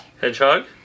Hedgehog